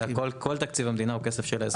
כל תקציב המדינה הוא כסף של האזרחים.